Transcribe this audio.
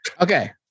Okay